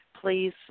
please